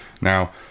Now